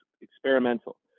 experimental